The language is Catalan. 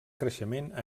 creixement